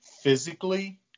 physically